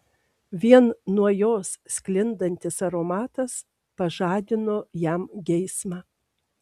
vien nuo jos sklindantis aromatas pažadino jam geismą